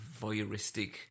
voyeuristic